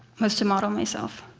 was to model myself.